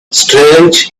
strange